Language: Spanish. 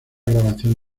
grabación